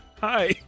hi